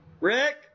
Rick